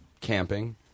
camping